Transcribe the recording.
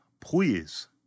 please